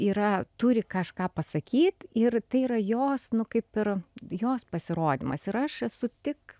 yra turi kažką pasakyt ir tai yra jos nu kaip ir jos pasirodymas ir aš esu tik